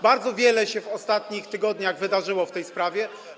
Bardzo wiele się w ostatnich tygodniach wydarzyło w tej sprawie.